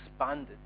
expanded